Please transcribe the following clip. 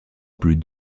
plus